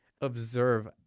observe